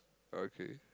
okay